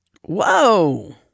Whoa